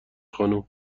خانم